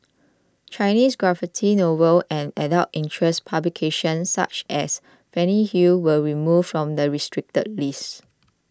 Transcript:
Chinese graphic novels and adult interest publications such as Fanny Hill were removed from the restricted list